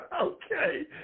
Okay